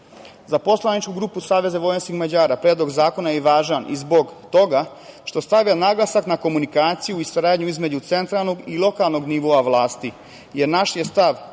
poslaničku grupu SVM predlog zakona je važan i zbog toga što stavlja naglasak na komunikaciju i saradnju između centralnog i lokalnog nivoa vlasti, jer naš je stav